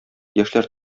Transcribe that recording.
яшьләр